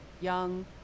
Young